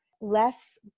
less